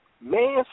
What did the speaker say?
man